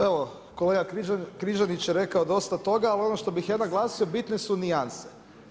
Pa evo kolega Križanić je rekao dosta toga, ali ono što bih ja naglasio bitne su nijanse.